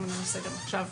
אנחנו ננסה גם עכשיו